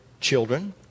children